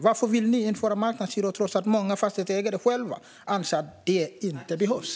Varför vill ni införa marknadshyror trots att många fastighetsägare själva anser att det inte behövs?